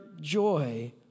joy